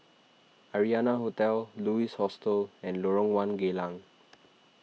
Arianna Hotel Louis Hostel and Lorong one Geylang